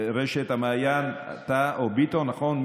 ברשת המעיין אתה או ביטון, נכון?